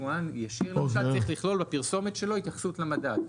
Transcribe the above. יבואן ישיר למשל צריך לכלול בפרסומת שלו התייחסות למדד,